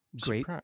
great